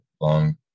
long